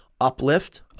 uplift